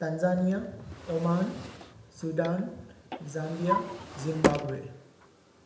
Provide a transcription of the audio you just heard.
Tanzania Oman Sudan Zambia Zimbabwe